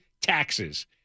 taxes